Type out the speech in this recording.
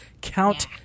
Count